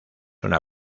una